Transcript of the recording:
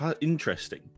interesting